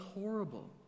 horrible